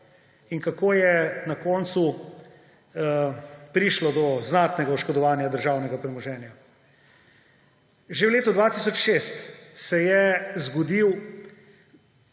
in kako je na koncu prišlo do znatnega oškodovanja državnega premoženja. Že v letu 2006 se je zgodil